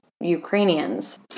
Ukrainians